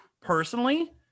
Personally